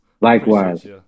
Likewise